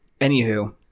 anywho